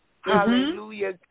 hallelujah